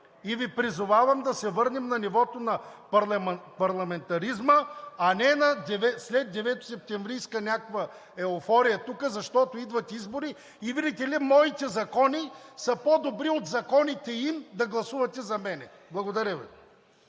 И Ви призовавам да се върнем на нивото на парламентаризма, а не на някаква тук следдеветосептемврийска еуфория, защото идват избори и, видите ли, моите закони са по-добри от законите им – да гласувате за мен. Благодаря Ви.